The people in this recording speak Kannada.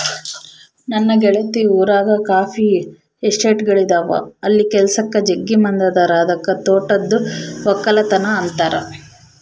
ನನ್ನ ಗೆಳತಿ ಊರಗ ಕಾಫಿ ಎಸ್ಟೇಟ್ಗಳಿದವ ಅಲ್ಲಿ ಕೆಲಸಕ್ಕ ಜಗ್ಗಿ ಮಂದಿ ಅದರ ಅದಕ್ಕ ತೋಟದ್ದು ವಕ್ಕಲತನ ಅಂತಾರ